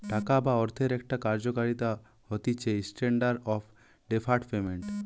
টাকা বা অর্থের একটা কার্যকারিতা হতিছেস্ট্যান্ডার্ড অফ ডেফার্ড পেমেন্ট